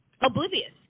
oblivious